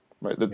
Right